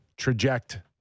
traject